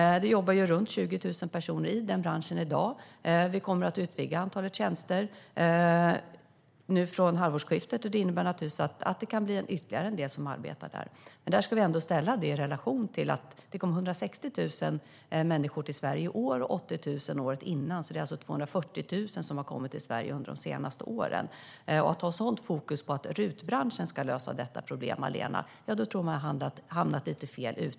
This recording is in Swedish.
Det jobbar runt 20 000 personer i branschen i dag. Vi kommer att utvidga antalet tjänster från halvårsskiftet, och det innebär naturligtvis att det kan bli ytterligare en del som arbetar där. Detta ska dock ställas i relation till att det kom 160 000 människor till Sverige i år och 80 000 året innan. Det är alltså 240 000 som har kommit till Sverige under de senaste åren. Att ha ett sådant fokus på att RUT-branschen allena ska lösa detta problem tror jag är att hamna lite fel.